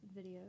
videos